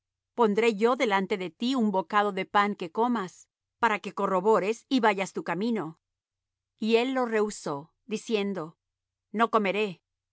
pondré yo delante de ti un bocado de pan que comas para que te corrobores y vayas tu camino y él lo rehusó diciendo no comeré